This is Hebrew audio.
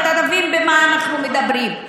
אתה תבין על מה אנחנו מדברים.